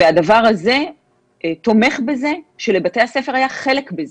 והדבר הזה תומך בזה שלבתי הספר היה חלק בזה,